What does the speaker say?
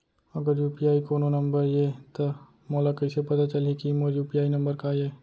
अगर यू.पी.आई कोनो नंबर ये त मोला कइसे पता चलही कि मोर यू.पी.आई नंबर का ये?